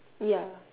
ya